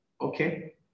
Okay